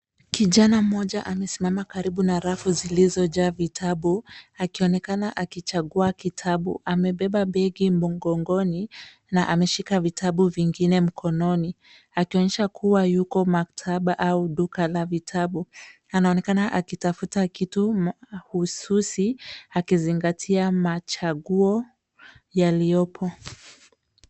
Kijana mmoja amesimama karibu na rafu zilizojaa vitabu akionekana akichagua kitabu. Amebeba begi mgongoni na ameshika vitabu vingine mkononi akionyesha kuwa yuko maktaba au duka la vitabu. Anaonekana akitafuta kitu hususi akizingatia machaguo yaliyopo.